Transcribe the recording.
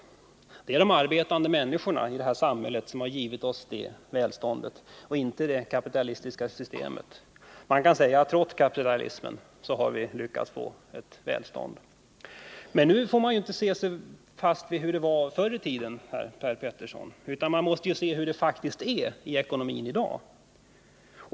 Det är de arbetande människorna i det här samhället och inte det kapitalistiska systemet som har gett oss det välståndet. Man kan säga att vi har lyckats få ett välstånd trots kapitalismen. Men nu får man inte bara se på hur det var förr i tiden, Per Petersson, utan man är tvungen att se hur det faktiskt är med ekonomin i dag.